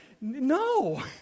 No